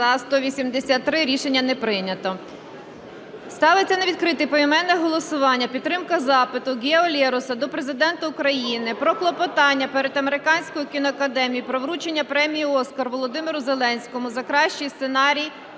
За-183 Рішення не прийнято. Ставиться на відкрите поіменне голосування підтримка запиту Гео Лероса до Президента України про клопотання перед Американською кіноакадемією про вручення премії "Оскар" Володимиру Зеленському за кращий сценарій